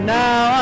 now